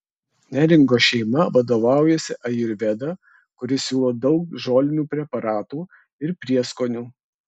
neringos šeima vadovaujasi ajurveda kuri siūlo daug žolinių preparatų ir prieskonių